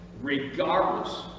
Regardless